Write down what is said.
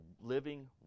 living